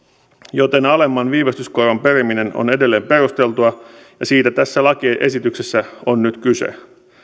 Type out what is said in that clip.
joten alemman viivästyskoron periminen on edelleen perusteltua ja siitä tässä lakiesityksessä on nyt kyse